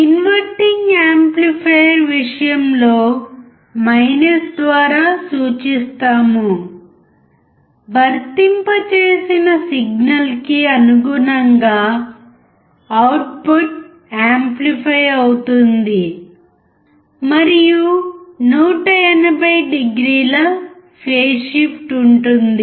inverting amplifier విషయంలో "" ద్వారా సూచిస్తామువర్తింప చేసిన సిగ్నల్ కి అనుగుణంగా అవుట్పుట్ యాంప్లిఫై అవుతుంది మరియు 180 డిగ్రీల ఫేస్ షిఫ్ట్ ఉంటుంది